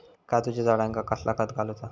काजूच्या झाडांका कसला खत घालूचा?